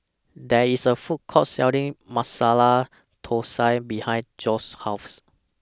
There IS A Food Court Selling Masala Thosai behind Joeseph's House